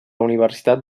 universitat